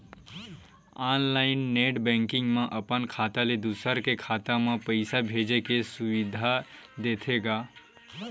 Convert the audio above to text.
online net banking म अपन खाता ले दूसर के खाता म पइसा भेजे के सुबिधा देथे गा